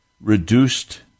reduced